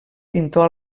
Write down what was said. pintor